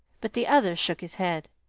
but the other shook his head.